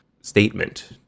statement